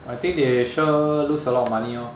I think they sure lose a lot of money orh